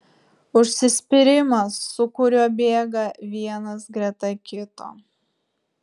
užsispyrimas su kuriuo bėga vienas greta kito